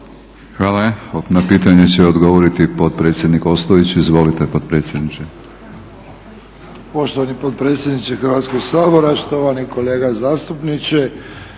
Hvala. Na pitanje će odgovoriti potpredsjednik Ostojić. Izvolite potpredsjedniče. **Ostojić, Ranko (SDP)** Poštovani potpredsjedniče Hrvatskog sabora, štovani kolega zastupniče